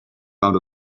pound